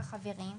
החברים,